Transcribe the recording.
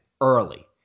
early